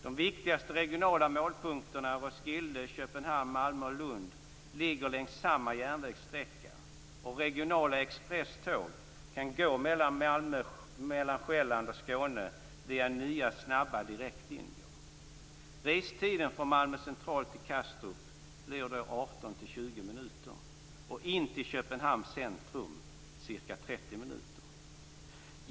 De viktigaste regionala målpunkterna Roskilde, Köpenhamn, Malmö och Lund ligger längs samma järnvägssträcka, och regionala expresståg kan gå mellan Själland och Skåne via nya snabba direktlinjer. Restiden från Malmö central till Kastrup blir då 18-20 minuter och in till Köpenhamns centrum ca 30 minuter.